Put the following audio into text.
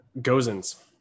Gozens